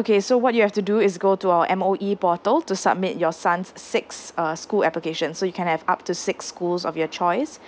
okay so what you have to do is go to our M_O_E portal to submit your son's six uh school application so you can have up to six schools of your choice